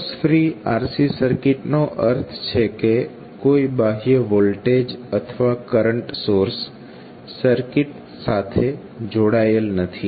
source free RC સર્કિટનો અર્થ છે કે કોઈ બાહ્ય વોલ્ટેજ અથવા કરંટ સોર્સ સર્કિટ સાથે જોડાયેલ નથી